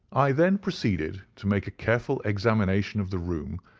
i then proceeded to make a careful examination of the room,